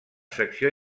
secció